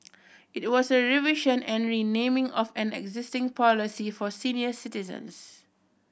it was a revision and renaming of an existing policy for senior citizens